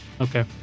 Okay